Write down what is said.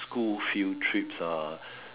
school field trips ah